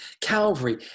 calvary